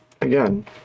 again